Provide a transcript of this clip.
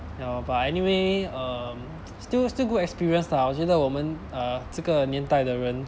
ya lor but anyway um still still good experience lah 我觉得我们这个 err 年代的人